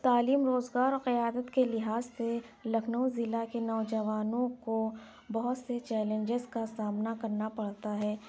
تعلیم روزگار اور قیادت کے لحاظ سے لکھنؤ ضلع کے نوجوانوں کو بہت سے چیلینجیز کا سامنا کرنا پڑتا ہے